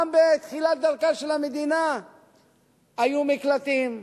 גם בתחילת דרכה של המדינה היו מקלטים,